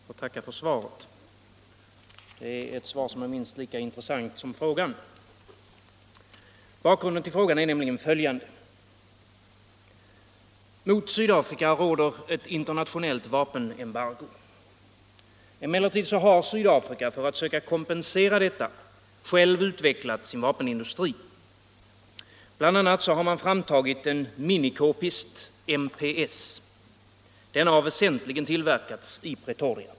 Herr talman! Jag tackar för svaret. Det är minst lika intressant som frågan. Bakgrunden till frågan är nämligen följande. Mot Sydafrika råder ett internationellt vapenembargo. Emellertid har Sydafrika för att söka kompensera detta självt utvecklat sin vapenindustri. Bl. a. har man framtagit en mini-kpist MPS. Denna har väsentligen tillverkats i Pretoria.